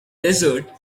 desert